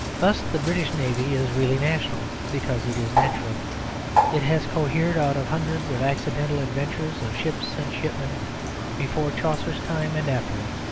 thus the british navy is really national because it is natural it has co-hered out of hundreds of accidental adventures of ships and shipmen before chaucer's time and after it.